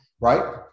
right